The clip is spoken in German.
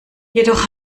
jedoch